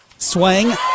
Swing